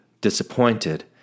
disappointed